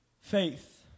Faith